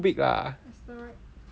it's still big lah